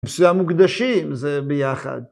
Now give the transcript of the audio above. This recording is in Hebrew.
‫בשביל המוקדשים זה ביחד.